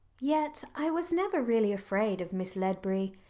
yet i was never really afraid of miss ledbury,